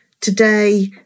Today